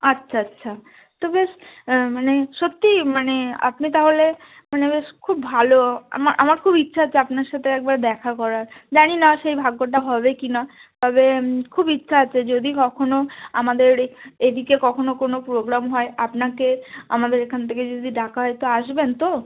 আচ্ছা আচ্ছা তো বেশ মানে সত্যিই মানে আপনি তাহলে মানে বেশ খুব ভালো আমার আমার খুব ইচ্ছা আছে আপনার সাথে একবার দেখা করার জানি না সেই ভাগ্যটা হবে কিনা তবে খুব ইচ্ছা আছে যদি কখনও আমাদের এদিকে কখনও কোনো প্রোগ্রাম হয় আপনাকে আমাদের এখান থেকে যদি ডাকা হয় তো আসবেন তো